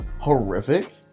horrific